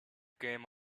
came